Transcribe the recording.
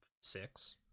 six